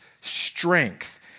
strength